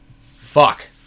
Fuck